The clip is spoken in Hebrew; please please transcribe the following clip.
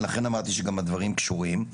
ולכן אמרתי שגם הדברים קשורים,